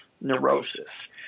neurosis